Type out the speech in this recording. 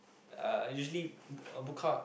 uh I usually book out